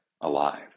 alive